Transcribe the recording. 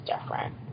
different